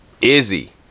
Izzy